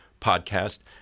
Podcast